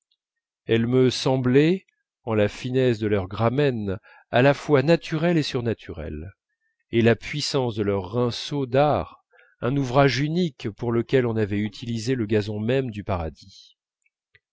elles me semblaient en la finesse de leur gramen à la fois naturel et surnaturel et la puissance de leurs rinceaux d'art un ouvrage unique pour lequel on avait utilisé le gazon même du paradis